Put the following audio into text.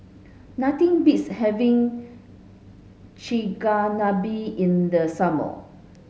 nothing beats having Chigenabe in the summer